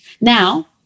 now